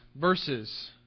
verses